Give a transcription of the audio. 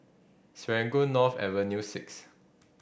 Serangoon North Avenue Six